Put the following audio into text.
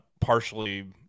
partially